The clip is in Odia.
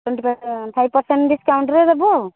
ଟ୍ୱେନଟି ଫାଇପ ପରସେଣ୍ଟ ଡିସକାଉଣ୍ଟରେ ଦେବୁ